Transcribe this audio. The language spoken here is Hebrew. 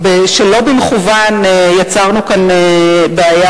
אבל שלא במכוון יצרנו כאן בעיה,